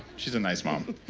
she's a nice mom.